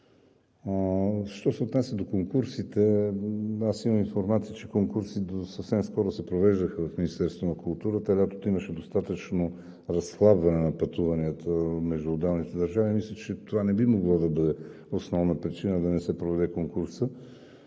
Що се отнася до конкурсите, имам информация, че конкурси до съвсем скоро се провеждаха в Министерството на културата. Лятото имаше достатъчно разхлабване на пътуванията между отделните държави. Мисля, че това не би могло да бъде основна причина да не се проведе конкурсът.